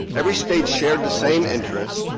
every state shared the same interest,